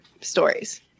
stories